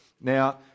Now